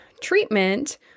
treatment